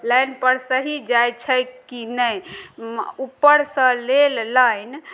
लाइनपर सही जाइ छै कि ने उपरसँ लेल लाइन